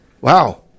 Wow